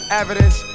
evidence